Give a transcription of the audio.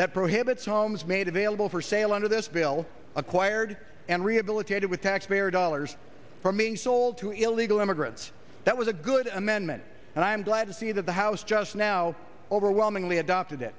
that prohibits homes made available for sale under this bill acquired and rehabilitated with taxpayer dollars from being sold to illegal immigrants that was a good amendment and i'm glad to see that the house just now overwhelmingly adopted it